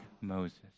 Moses